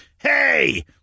Hey